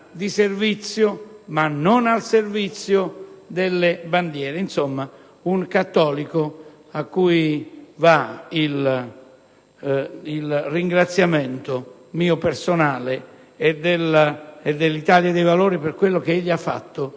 di servizio ma non al servizio delle bandiere. Insomma, un cattolico cui va il ringraziamento mio personale e dell'Italia dei Valori per quello che egli ha fatto